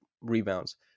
rebounds